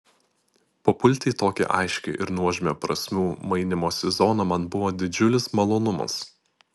papulti į tokią aiškią ir nuožmią prasmių mainymosi zoną man buvo didžiulis malonumas